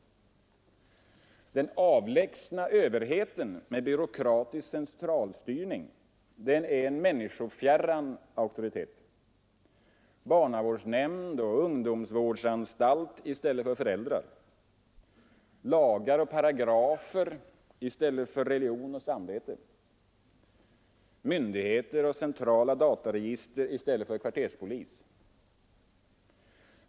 Den avlägsna överheten med byråkratisk centralstyrning är en människofjärran auktoritet. Barnavårdsnämnd och ungdomsvårdsanstalt i stället för föräldrar. Lagar och paragrafer i stället för religion och samvete. Myndigheter och centrala dataregister i stället för kvarterspoliser.